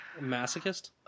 Masochist